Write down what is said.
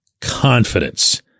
confidence